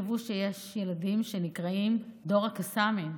תחשבו שיש ילדים שנקראים "דור הקסאמים",